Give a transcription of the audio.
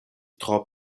tro